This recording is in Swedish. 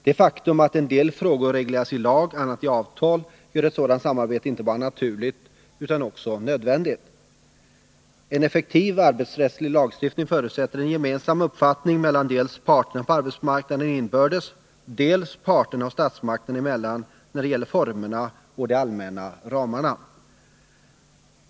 Det faktum att en del frågor regleras i lag och annat i avtal gör ett sådant samarbete inte bara naturligt utan också nödvändigt. En effektiv arbetsrättslig lagstiftning förutsätter en gemensam uppfattning mellan dels parterna på arbetsmarknaden inbördes, dels parterna och statsmakterna emellan när det gäller formerna och de allmänna ramarna.